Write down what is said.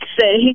say